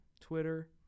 Twitter